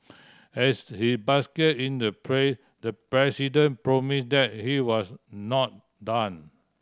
as he basked in the pray the president promise that he was not done